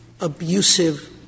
abusive